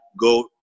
go